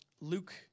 Luke